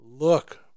Look